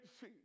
see